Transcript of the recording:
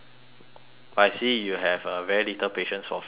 but I see you have uh very little patience for philosophy